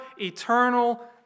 eternal